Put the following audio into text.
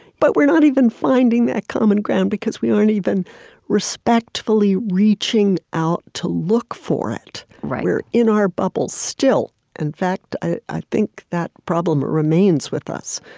but we're not even finding that common ground because we aren't even respectfully reaching out to look for it. we're in our bubbles still. in fact, i think that problem remains with us.